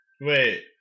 Wait